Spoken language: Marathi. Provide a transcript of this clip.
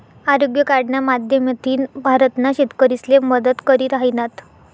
आरोग्य कार्डना माध्यमथीन भारतना शेतकरीसले मदत करी राहिनात